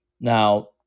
Now